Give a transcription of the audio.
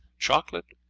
chocolate,